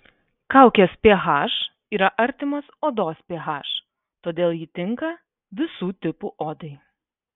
kaukės ph yra artimas odos ph todėl ji tinka visų tipų odai